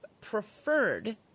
preferred